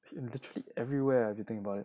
in virtually everywhere ah if you think about it